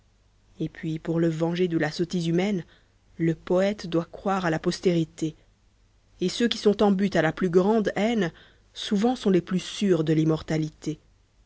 et puis pour le venger de la sottise humaine le poète doit croire à la postérité et ceux qui sont en butte à la plus grande haine souvent sont les plus sûrs de l'immortalité